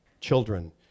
children